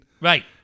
Right